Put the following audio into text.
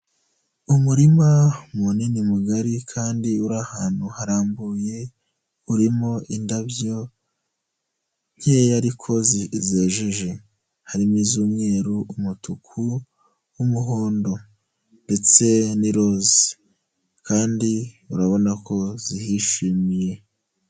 Umurima munini mugari kandi uri ahantu harambuye, urimo indabyo nkeya ariko zejeje harimo iz'umweru, umutuku, umuhondo ndetse n'iroze, kandi urabona ko zihishimiye.